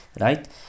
Right